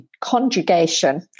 conjugation